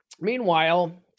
Meanwhile